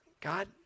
God